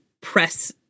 press